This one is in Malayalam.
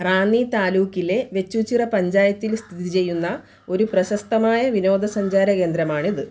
റാന്നി താലൂക്കിലെ വെച്ചൂച്ചിറ പഞ്ചായത്തിൽ സ്ഥിതി ചെയ്യുന്ന ഒരു പ്രശസ്തമായ വിനോദസഞ്ചാര കേന്ദ്രമാണിത്